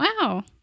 wow